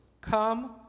come